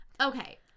Okay